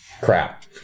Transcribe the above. crap